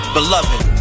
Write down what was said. Beloved